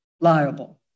liable